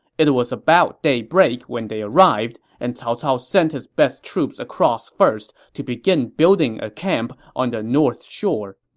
it was about daybreak when they arrived, and cao cao sent his best troops across first to begin building a camp on the opposite shore.